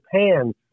Japan